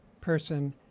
person